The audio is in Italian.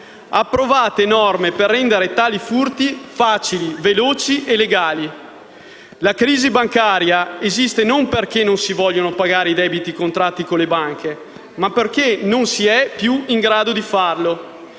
approvate norme per rendere tali furti facili, veloci e legali. La crisi bancaria esiste non perché non si vogliono pagare i debiti contratti con le banche, ma perché non si è più in grado di farlo.